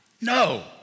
no